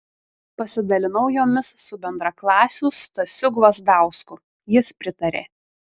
pasidalinau jomis su bendraklasiu stasiu gvazdausku jis pritarė